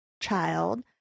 child